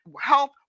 health